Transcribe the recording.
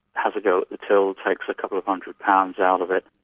has a go at the till, takes a couple of hundred pounds out of it,